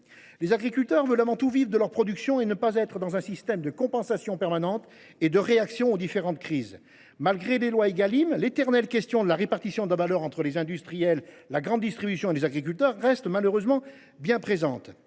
Les agriculteurs veulent avant tout vivre de leur production sans dépendre d’un système de compensation permanente et de réaction aux différentes crises. En dépit des lois Égalim, l’éternelle question de la répartition de la valeur entre les industriels, la grande distribution et les agriculteurs demeure bien, hélas